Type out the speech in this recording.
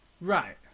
Right